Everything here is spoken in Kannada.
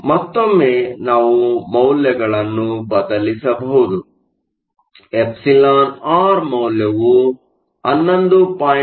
ಆದ್ದರಿಂದ ಮತ್ತೊಮ್ಮೆ ನಾವು ಮೌಲ್ಯಗಳನ್ನು ಬದಲಿಸಬಹುದು εr ಮೌಲ್ಯವು 11